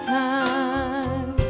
time